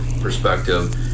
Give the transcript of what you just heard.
perspective